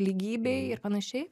lygybei ir panašiai